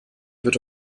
wird